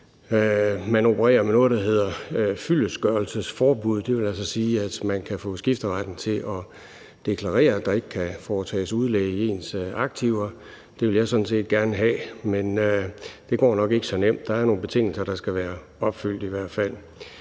Man opererer med noget, der hedder fyldestgørelsesforbud, og det vil altså sige, at man kan få skifteretten til at deklarere, at der ikke kan foretages udlæg i ens aktiver. Det vil jeg sådan set gerne have, men det går nok ikke så nemt. Der er i hvert fald nogle betingelser, der skal være opfyldt. Så får